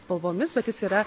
spalvomis bet jis yra